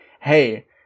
hey